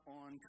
on